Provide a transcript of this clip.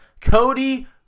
Cody